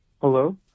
Hello